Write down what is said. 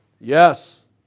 Yes